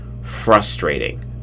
frustrating